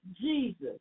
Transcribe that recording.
Jesus